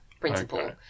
principle